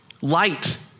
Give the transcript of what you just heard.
Light